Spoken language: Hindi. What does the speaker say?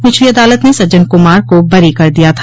निचली अदालत ने सज्जन कुमार को बरी कर दिया था